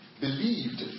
believed